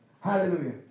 Hallelujah